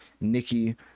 Nikki